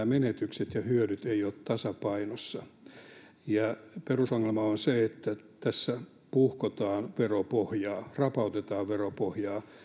menetykset ja hyödyt eivät ole tasapainossa ja perusongelma on se että tässä puhkotaan veropohjaa rapautetaan veropohjaa